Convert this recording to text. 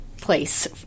place